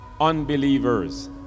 unbelievers